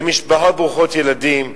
במשפחות ברוכות ילדים,